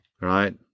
Right